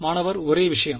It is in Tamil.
மாணவர் ஒரே விஷயம்